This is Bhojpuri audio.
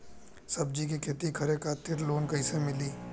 सब्जी के खेती करे खातिर लोन कइसे मिली?